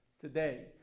today